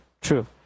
True